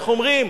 איך אומרים?